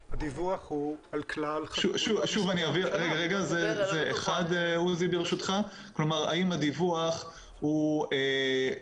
עם הדיווח הזה אני חושב שלדיווח צריכה להתווסף איזושהי